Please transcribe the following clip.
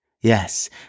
Yes